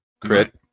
Crit